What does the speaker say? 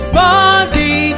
body